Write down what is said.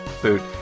food